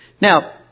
Now